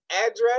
address